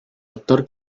actor